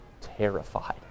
terrified